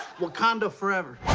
wakanda forever.